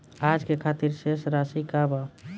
आज के खातिर शेष राशि का बा?